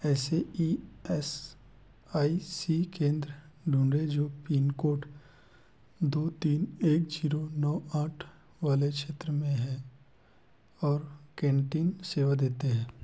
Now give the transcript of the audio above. ऐसे E S I C केंद्र ढूंढें जो पिन कोड दो तीन एक जीरो नौ आठ वाले क्षेत्र में हैं और कैंटीन सेवा देते हैं